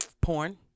Porn